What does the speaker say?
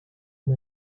too